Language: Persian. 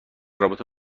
رابطه